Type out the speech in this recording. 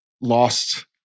lost